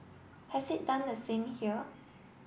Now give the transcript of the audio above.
has it done the same here